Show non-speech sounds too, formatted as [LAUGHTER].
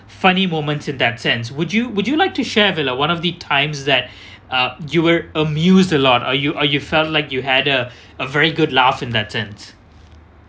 funny moments in that sense would you would you like to share vella one of the times that [BREATH] uh you were amuse a lot or you or you felt like you had a a very good laugh in that sense